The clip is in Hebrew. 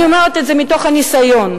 אני אומרת את זה מתוך הניסיון,